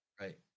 Right